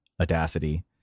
audacity